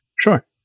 Sure